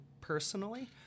personally